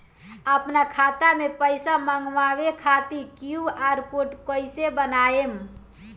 आपन खाता मे पैसा मँगबावे खातिर क्यू.आर कोड कैसे बनाएम?